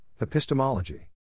Epistemology